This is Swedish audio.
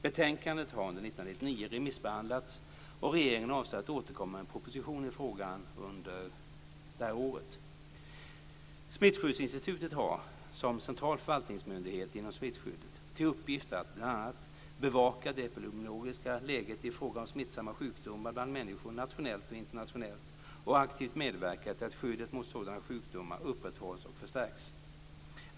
Betänkandet har under 1999 remissbehandlats, och regeringen avser att återkomma med en proposition i frågan under detta år. Smittskyddsinstitutet har som central förvaltningsmyndighet inom smittskyddet till uppgift att bl.a. bevaka det epidemiologiska läget i fråga om smittsamma sjukdomar bland människor nationellt och internationellt och aktivt medverka till att skyddet mot sådana sjukdomar upprätthålls och förstärks.